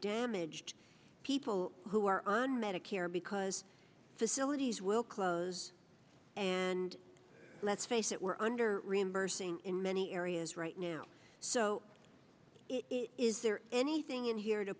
damaged people who are on medicare because facilities will close and let's face it we're under reimbursing in many areas right now so it is there anything in here to